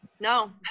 No